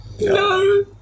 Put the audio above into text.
No